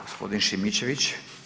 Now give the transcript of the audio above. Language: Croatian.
Gospodin Šimičević.